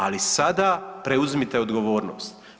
Ali sada preuzmite odgovornost.